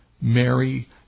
Mary